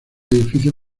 edificio